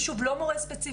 אבל שוב לא מורה ספציפי,